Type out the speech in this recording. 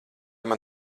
man